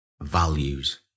values